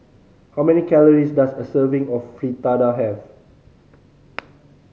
how many calories does a serving of Fritada have